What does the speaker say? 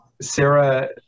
Sarah